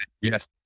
yes